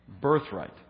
birthright